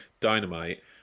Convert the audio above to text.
dynamite